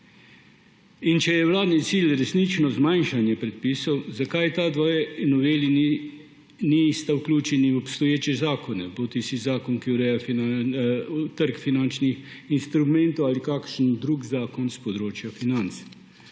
Če je vladni cilj resnično zmanjšanje predpisov, zakaj ti dve noveli nista vključeni v obstoječe zakone bodisi v zakon, ki ureja trg finančnih instrumentov, ali kakšen drug zakon s področja financ.